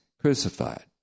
crucified